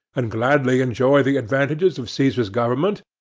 and gladly enjoy the advantages of caesar's government,